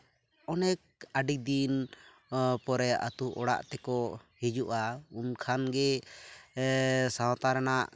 ᱚᱱᱮᱠ ᱟᱹᱰᱤ ᱫᱤᱱ ᱯᱚᱨᱮ ᱟᱹᱛᱩ ᱚᱲᱟᱜ ᱛᱮᱠᱚ ᱦᱤᱡᱩᱜᱼᱟ ᱩᱱᱠᱷᱟᱱ ᱜᱮ ᱥᱟᱶᱛᱟ ᱨᱮᱱᱟᱜ